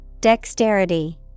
Dexterity